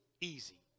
easy